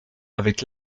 avec